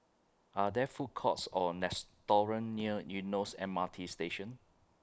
Are There Food Courts Or restaurants near Eunos M R T Station